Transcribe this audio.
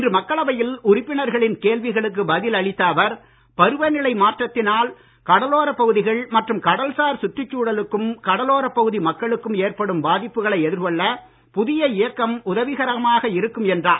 இன்று மக்களவையில் உறுப்பினர்களின் கேள்விகளுக்கு பதில் அளித்த அவர் பருவநிலை மாற்றத்தினால் கடலோரப் பகுதிகள் மற்றும் கடல்சார் சுற்றுச்சூழலுக்கும் கடலோரப் பகுதி மக்களுக்கும் ஏற்படும் பாதிப்புகளை எதிர்கொள்ள புதிய இயக்கம் உதவிகரமாக இருக்கும் என்றார்